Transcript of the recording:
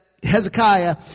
Hezekiah